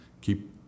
keep